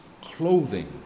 clothing